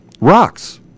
Rocks